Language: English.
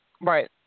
Right